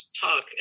talk